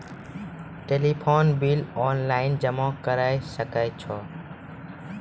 Telephone bill online जमा करै सकै छौ?